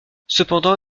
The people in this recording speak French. cependant